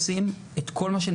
אבל בכל מקרה,